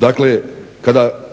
dakle kada